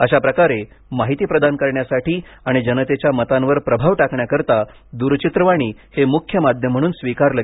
अशाप्रकारे माहिती प्रदान करण्यासाठी आणि जनतेच्या मतांवर प्रभाव टाकण्याकरिता दूरचित्रवाणी हे मुख्य माध्यम म्हणून स्वीकारले गेले होते